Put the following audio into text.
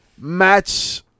match